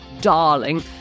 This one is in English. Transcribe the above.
darling